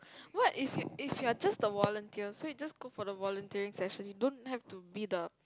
what if if you are just the volunteer so you just go for the volunteering section you don't have to be the